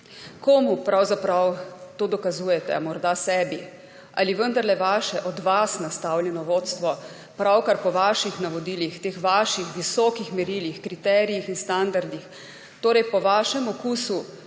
Komu pravzaprav to dokazujete? Morda sebi ali vendarle vaše, od vas nastavljeno vodstvo pravkar po vaših navodilih, teh vaših visokih merilih, kriterijih in standardih, torej po vašem okusu,